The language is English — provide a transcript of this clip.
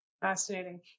Fascinating